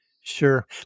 Sure